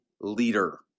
leader